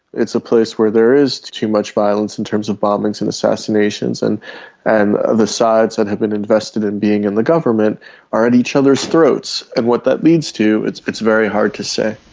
it's a place where there is too much violence in terms of bombings and assassinations, and and the sides that have been invested in being in the government are at each other's throats, and what that leads to it's it's very hard to say.